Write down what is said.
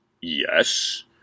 Yes